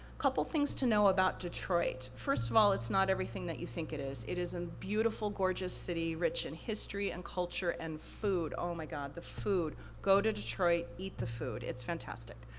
couple things to know about detroit. first of all, it's not everything that you think it is, it is a beautiful, gorgeous city, rich in history, and culture, and food. oh my god, the food. go to detroit, eat the food, it's fantastic.